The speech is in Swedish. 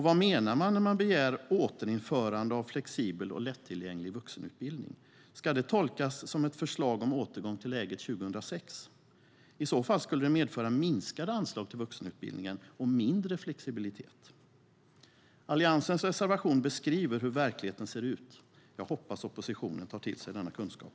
Vad menar man när man begär återinförande av flexibel och lättillgänglig vuxenutbildning? Ska det tolkas som ett förslag om återgång till läget 2006? I så fall skulle det medföra minskade anslag till vuxenutbildningen och mindre flexibilitet. Alliansens reservation beskriver hur verkligheten ser ut. Jag hoppas att oppositionen tar till sig denna kunskap.